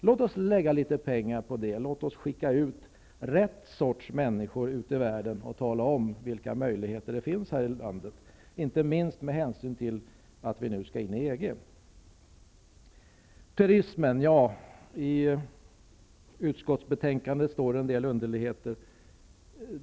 Låt oss lägga litet pengar på detta, och låt oss skicka rätt sorts människor ut i världen för att tala om vilka möjligheter det finns här i landet, inte minst med hänsyn till att vi nu skall gå in i EG. I utskottsbetänkandet står det en del underligheter angående turismen.